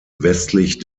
westlich